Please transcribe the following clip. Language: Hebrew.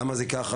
למה זה ככה?